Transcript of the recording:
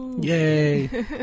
Yay